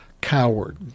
coward